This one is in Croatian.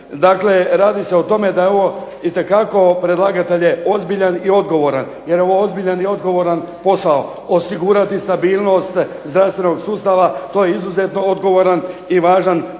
Dakle, radi se o tome da je ovo, itekako predlagatelj je ozbiljan i odgovoran jer je ovo ozbiljan i odgovoran posao. Osigurati stabilnost zdravstvenog sustava to je izuzetno odgovoran i važan